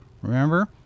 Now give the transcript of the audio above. Remember